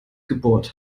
gebohrt